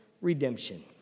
redemption